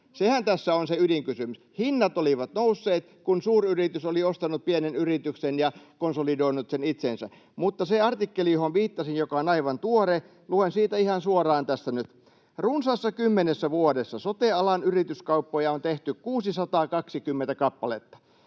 Sehän tässä on se ydinkysymys. Hinnat olivat nousseet, kun suuryritys oli ostanut pienen yrityksen ja konsolidoinut sen itseensä. Luen siitä artikkelista, johon viittasin ja joka on aivan tuore, ihan suoraan tässä nyt. ”Runsaassa kymmenessä vuodessa sote-alan yrityskauppoja on tehty 620 kappaletta.